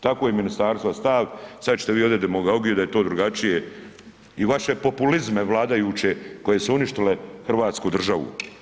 Tako je ministarstva stav, sad ćete vi ovdje demagogiju da je to drugačije i vaše populizme vladajuće koje su uništile Hrvatsku državu.